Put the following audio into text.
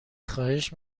خواهش